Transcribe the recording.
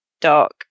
dark